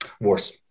worse